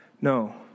No